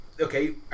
okay